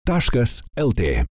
taškas lt